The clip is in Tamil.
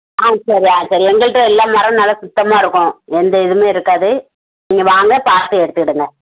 ஆ சரி ஆ சரி எங்கள்ட்ட எல்லா மரம் நல்லா சுத்தமாக இருக்கும் எந்த இதுவும் இருக்காது நீங்கள் வாங்க பார்த்து எடுத்துக்கிடுங்க